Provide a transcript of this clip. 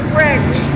French